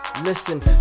Listen